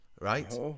Right